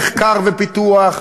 במחקר ופיתוח,